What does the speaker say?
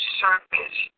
surface